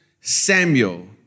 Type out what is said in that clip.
Samuel